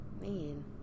Man